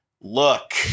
Look